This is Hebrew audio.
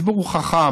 הציבור הוא חכם,